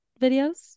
videos